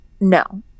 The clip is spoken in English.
No